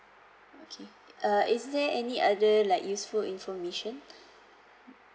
okay uh is there any other like useful information